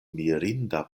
mirinda